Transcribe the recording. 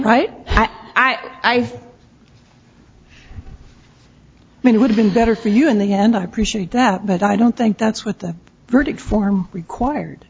right i've made it would have been better for you in the end i appreciate that but i don't think that's what the verdict form required